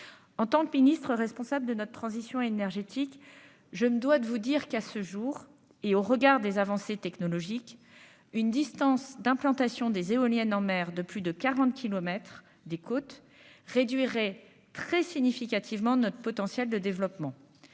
en temps le ministre responsable de notre transition énergétique, je me dois de vous dire qu'à ce jour, et au regard des avancées technologiques, une distance d'implantation des éoliennes en mer, de plus de 40 kilomètres des côtes réduirait très significativement notre potentiel de développement,